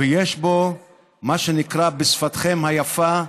ויש בו מה שנקרא בשפתכם היפה "לשנורר"